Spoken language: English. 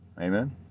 Amen